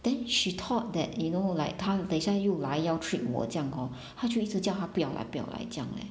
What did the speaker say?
then she thought that you know like 他等一下又来要 trip 我这样 hor 她就一直叫他不要来不要来这样 leh